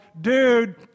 dude